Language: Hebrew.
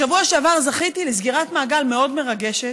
בשבוע שעבר זכיתי לסגירת מעגל מאוד מרגשת.